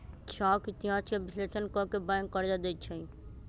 साख इतिहास के विश्लेषण क के बैंक कर्जा देँई छै